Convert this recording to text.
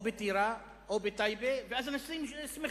או בטירה, או בטייבה, ואז אנשים שמחים.